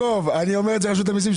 אני אומר את זה לרשות המיסים,